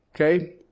Okay